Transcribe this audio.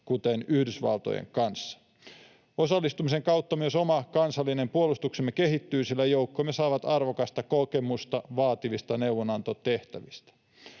kuten Yhdysvaltojen, kanssa. Osallistumisen kautta myös oma kansallinen puolustuksemme kehittyy, sillä joukkomme saavat arvokasta kokemusta vaativista neuvonantotehtävistä.